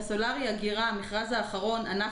באגירה בסולארי במכרז האחרון אנחנו